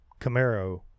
Camaro